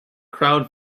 crowd